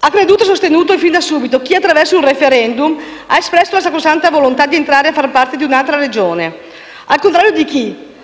Ha creduto e sostenuto fin da subito chi, attraverso un *referendum*, ha espresso la sacrosanta volontà di entrare a far parte di un'altra Regione, al contrario di chi